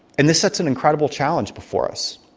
and this sets an incredible challenge before us.